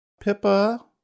Pippa